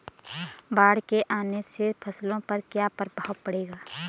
बाढ़ के आने से फसलों पर क्या प्रभाव पड़ेगा?